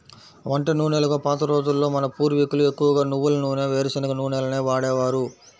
వంట నూనెలుగా పాత రోజుల్లో మన పూర్వీకులు ఎక్కువగా నువ్వుల నూనె, వేరుశనగ నూనెలనే వాడేవారు